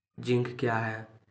Zinc क्या हैं?